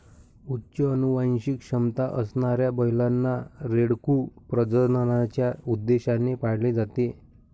उच्च अनुवांशिक क्षमता असणाऱ्या बैलांना, रेडकू प्रजननाच्या उद्देशाने पाळले जाते